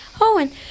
Owen